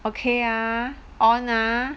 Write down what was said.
okay ah on ah